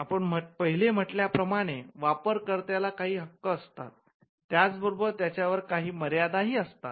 आपण पहिले म्हटल्या प्रमाणे वापरकर्त्याला काही हक्क असतात आणि त्याचबरोबर त्याच्यावर काही मर्यादाही असतात